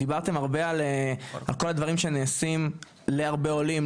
דיברתם הרבה על כל הדברים שנעשים להרבה עולים,